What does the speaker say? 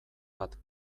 bat